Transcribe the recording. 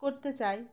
করতে চাই